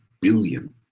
billion